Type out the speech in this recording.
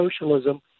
socialism